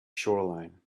shoreline